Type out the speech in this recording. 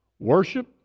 Worship